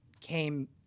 came